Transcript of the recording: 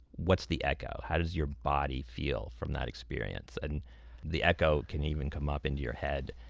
what's the echo? how does your body feel from that experience? and the echo can even come up into your head.